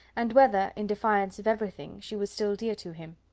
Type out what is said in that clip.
and whether, in defiance of everything, she was still dear to him.